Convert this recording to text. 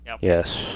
Yes